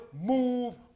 move